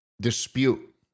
dispute